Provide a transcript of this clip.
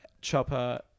Chopper